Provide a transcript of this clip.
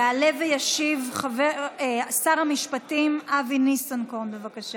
יעלה וישיב שר המשפטים אבי ניסנקורן, בבקשה.